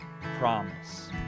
promise